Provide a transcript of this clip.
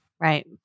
Right